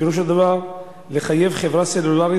ופירוש הדבר הוא לחייב חברה סלולרית